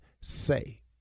say